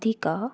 ଅଧିକ